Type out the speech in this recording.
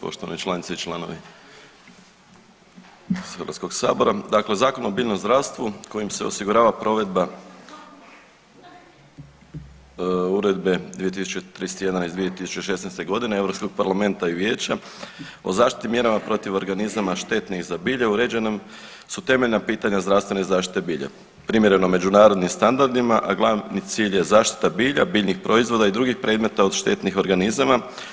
Poštovani članice i članovi iz Hrvatskog sabora, dakle Zakon o biljnom zdravstvu kojim se osigurava provedba Uredbe 2031 iz 2016. godine Europskog parlamenta i vijeća o zaštitnim mjerama protiv organizama štetnih za bilje uređena su temeljna pitanja zdravstvene zaštite bilja primjereno međunarodnim standardima, a glavni cilj je zaštita bilja, biljnih proizvoda i drugih predmeta od štetnih organizama.